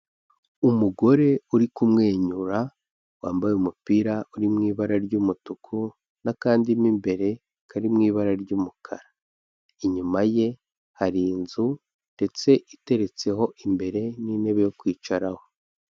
Umugore uri kumwenyura wambaye umupira uri mu ibara ry'umutuku n'akandimo imbere kari mu ibara ry'umukara. Inyuma ye hari inzu ndetse iteretseho imbere n'intebe yo kwicaraho.